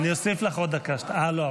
את רוצה להתחיל ולדבר